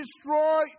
destroy